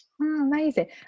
amazing